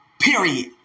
Period